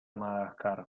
madagascar